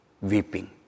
weeping